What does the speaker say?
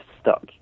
stuck